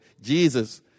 Jesus